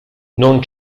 non